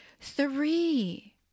Three